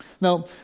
Now